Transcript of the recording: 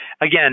Again